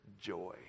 joy